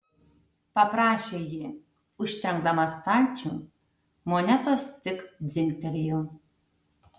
paprašė ji užtrenkdama stalčių monetos tik dzingtelėjo